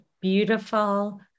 beautiful